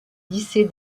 lycée